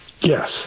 Yes